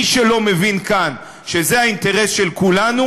מי שלא מבין כאן שזה האינטרס של כולנו,